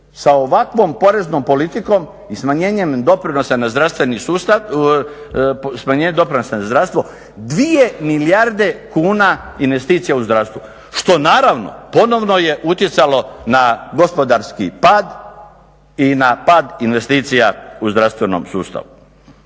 sa ovakvom poreznom politikom i smanjenjem doprinosa na zdravstvo dvije milijarde kuna investicija u zdravstvu što naravno ponovno je utjecalo na gospodarski pad i na pad investicija u zdravstvenom sustavu.